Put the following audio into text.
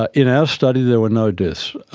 ah in our study there were no deaths.